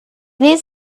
needs